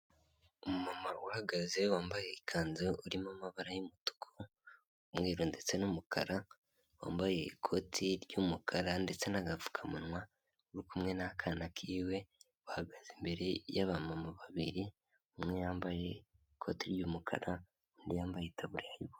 Umumama uhagaze wambaye ikanzu irimo amabara y'umutuku, umweruru ndetse n'umukara, wambaye ikoti ry'umukara ndetse n'agapfukamunwa, uri kumwe n'akana kiwe, bahagaze imbere y'amamama babiri, umwe yambaye ikoti ry'umukara, undi yambaye itaburiya y'ubururu.